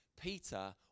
Peter